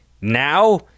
Now